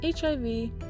HIV